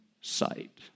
sight